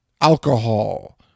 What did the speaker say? alcohol